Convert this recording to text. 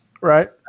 Right